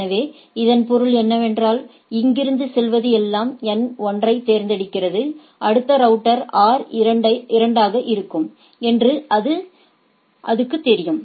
எனவே இதன் பொருள் என்னவென்றால் இங்கிருந்து செல்வது எல்லாம் N 1 ஐத் தேடுகிறது அடுத்த ரவுட்டர் R 2 ஆக இருக்கும் என்று அதுக்கு தெரியும்